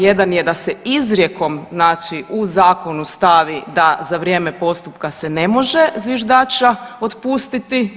Jedan je da se izrijekom znači u zakonu stavi da za vrijeme postupka se ne može zviždača otpustiti.